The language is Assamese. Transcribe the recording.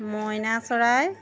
মইনা চৰাই